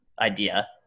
idea